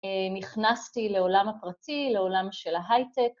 ‫נכנסתי לעולם הפרטי, ‫לעולם של ההייטק.